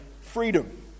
freedom